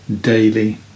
daily